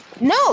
No